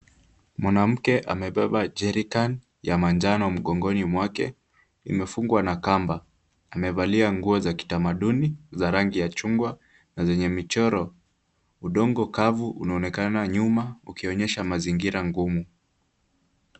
Mwanamke amebeba jerrican ya manjano mgongoni mwake. Imefungwa na kamba. Amevalia nguo za kitamaduni za rangi ya chungwa na zenye michoro. Udongo kavu unaonekana nyuma ukionyesha mazingira ngumu.